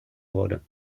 wurde